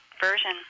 version